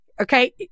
Okay